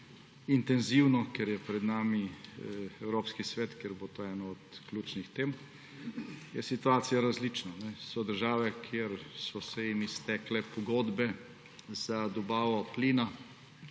intenzivno, ker je pred nami Evropski svet, ker bo to ena od ključnih tem, je situacija različna. So države, kjer so se jim iztekle pogodbe za dobavo plina,